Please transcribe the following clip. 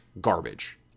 garbage